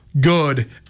good